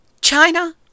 China